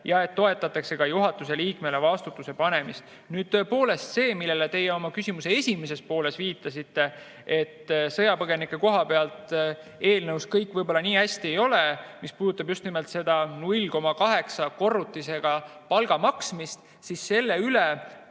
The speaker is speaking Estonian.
ja et toetatakse ka juhatuse liikmele vastutuse panemist. Tõepoolest see, millele teie oma küsimuse esimeses pooles viitasite, et sõjapõgenike koha pealt eelnõus kõik võib-olla nii hästi ei ole, mis puudutab seda 0,8‑ga [läbikorrutamist] palga maksmisel, siis selle üle